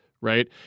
Right